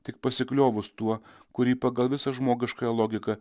tik pasikliovus tuo kurį pagal visą žmogiškąją logiką